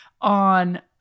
on